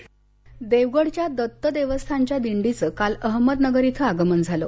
दिंदी अहमदनगर देवगडच्या दत्त देवस्थानच्या दिंडीचं काल अहमदनगर इथं आगमन झालं